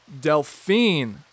Delphine